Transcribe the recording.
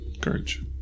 Courage